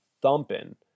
thumping